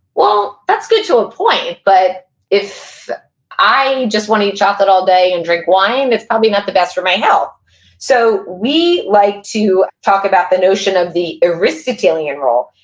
well, that's good to a point, but if i just want to eat chocolate all day and drink wine, it's probably not the best for my health so we like to talk about the notion of the aristotelian role,